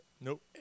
Nope